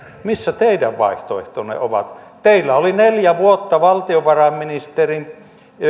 missä teidän vaihtoehtonne ovat teillä oli neljä vuotta valtiovarainministerin